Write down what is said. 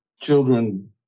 children